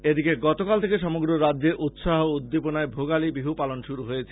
এদিকে গতকাল থেকে সমগ্র রাজ্যে উৎসাহ উদ্দীপনায় ভোগালী বিহু পালন শুরু হয়েছে